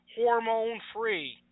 hormone-free